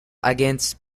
against